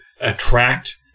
attract